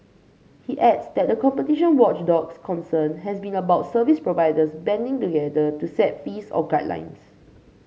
he adds that the competition watchdog's concern has been about service providers banding together to set fees or guidelines